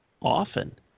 often